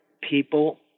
people